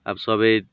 अब सबै